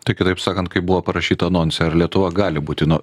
tai kitaip sakant kaip buvo parašyta anonse ar lietuva gali būti nu